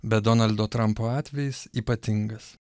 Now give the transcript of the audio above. bet donaldo trampo atvejis ypatingas